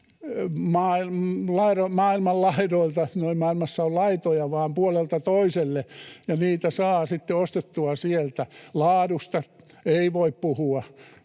maailmassa ole laitoja, vaan puolelta toiselle — ja niitä saa sitten ostettua sieltä. Laadusta ei voi puhua